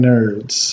Nerds